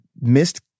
missed